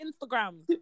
Instagram